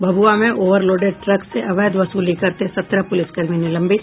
भभूआ में overloaded truck से अवैध वसूली करते सत्रह पुलिसकर्मी निलंबित